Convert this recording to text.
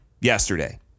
yesterday